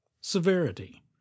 severity